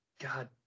god